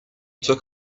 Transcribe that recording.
took